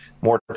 more